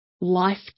life